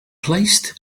placed